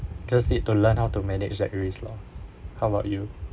just need to learn how to manage that risk lah how about you